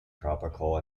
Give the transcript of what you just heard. tropical